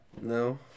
No